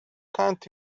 can’t